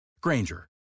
Granger